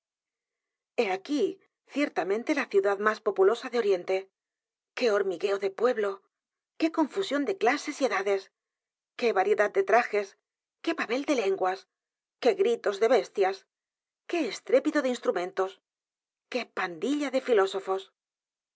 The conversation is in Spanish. ahí ciertamente la ciudad más populosa de oriente qué hormigueo de pueblo qué confusión de clases y e d a d e s qué variedad de t r a j e s qué babel de l e n g u a s qué gritos de b e s t i a s qué estrépito de instrumentos qué pandilla de filósofos